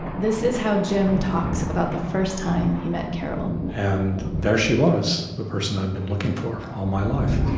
this is how jim talks about the first time he met carol and there she was. the person i'd been looking for, for all my life.